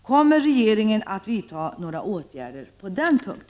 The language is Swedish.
Kommer regeringen att vidta några åtgärder på den punkten?